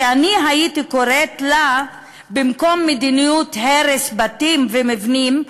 שאני הייתי קוראת לה במקום מדיניות הרס בתים ומבנים,